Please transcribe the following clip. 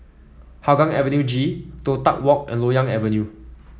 Hougang Avenue G Toh Tuck Walk and Loyang Avenue